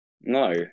No